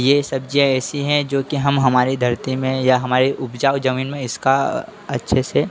यह सब्जियाँ ऐसी हैं जो कि हम हमारी धरती में या हमारी उपजाऊ ज़मीन में इसका अच्छे से